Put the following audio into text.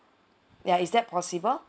ya is that possible